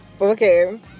Okay